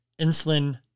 insulin